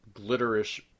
glitterish